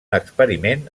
experiment